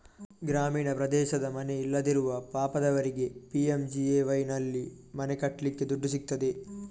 ಗ್ರಾಮೀಣ ಪ್ರದೇಶದ ಮನೆ ಇಲ್ಲದಿರುವ ಪಾಪದವರಿಗೆ ಪಿ.ಎಂ.ಜಿ.ಎ.ವೈನಲ್ಲಿ ಮನೆ ಕಟ್ಲಿಕ್ಕೆ ದುಡ್ಡು ಸಿಗ್ತದೆ